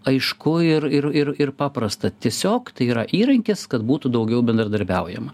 aišku ir ir ir paprasta tiesiog tai yra įrankis kad būtų daugiau bendradarbiaujama